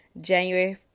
January